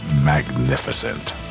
magnificent